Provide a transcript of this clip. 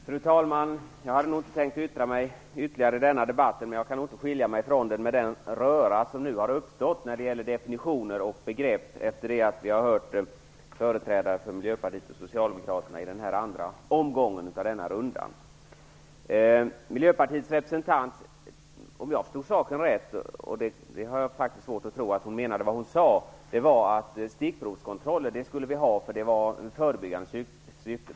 Fru talman! Jag hade inte tänkt yttra mig ytterligare i denna debatt, men jag kan inte skilja mig från den med den röra som nu har uppstått när det gäller definitioner och begrepp efter det att vi har hört företrädare för Miljöpartiet och Socialdemokraterna i den andra omgången. Miljöpartiets representant sade - om jag förstod saken rätt även om jag har svårt att tro att hon menade vad hon sade - att vi skall ha stickprovskontroller, för de är bra i förebyggande syfte.